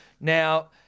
Now